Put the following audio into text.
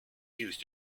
used